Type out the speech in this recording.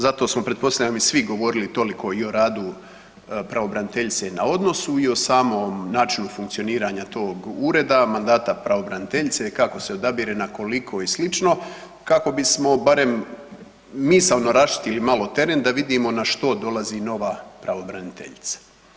Zato sam pretpostavljam i svi govorili toliko i o radu pravobraniteljice na odnosu i o samom načinu funkcioniranja tog ureda, mandata pravobraniteljice kako se odabire, na koliko i slično kako bismo barem misaono raščistili malo teren da vidimo na što dolazi nova pravobraniteljica.